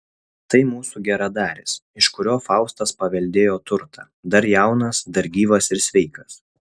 tai mūsų geradaris iš kurio faustas paveldėjo turtą dar jaunas dar gyvas ir sveikas